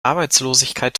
arbeitslosigkeit